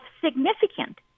significant